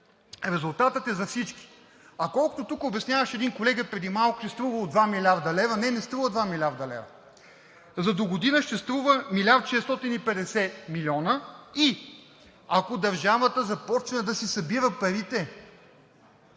резултатът е за всички. А колкото, тук обясняваше един колега преди малко, че струвало 2 млрд. лв. Не, не струва 2 млрд. лв. За догодина ще струва 1 милиард 650 милиона и ако държавата започне да си събира парите,